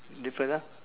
different ah